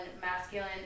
masculine